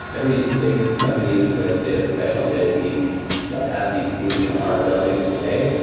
every big companies with data professional, data team that have these teams you know are building today,